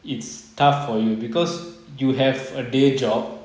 it's tough for you because you have a day job